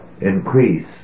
increase